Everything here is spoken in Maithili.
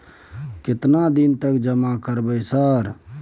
केतना दिन तक जमा करबै सर?